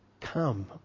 come